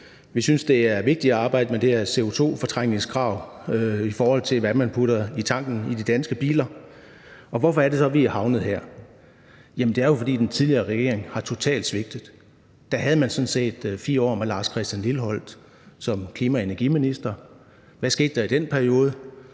Vi synes, det er vigtigt at arbejde med det her CO2-fortrængningskrav, i forhold til hvad man putter i tanken i de danske biler. Og hvorfor er det så, vi er havnet her? Jamen det er jo, fordi den tidligere regering totalt har svigtet. Der havde man sådan set 4 år med Lars Christian Lilleholt som klima- og energiminister, og hvad skete der i den periode?